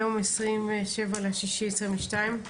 היום 27 ביוני 2022,